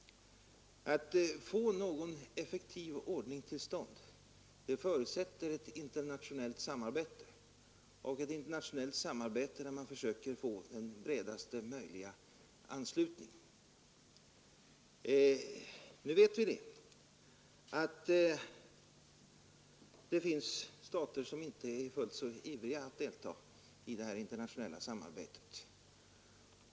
En effektiv ordning förutsätter ett internationellt samarbete, där man försöker få den bredaste möjliga anslutning. Nu vet vi att det finns stater som inte är så ivriga att delta i detta internationella samarbete.